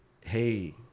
Hey